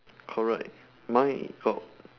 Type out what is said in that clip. correct mine got